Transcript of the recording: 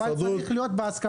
אבל זה צריך להיות בהסכמה.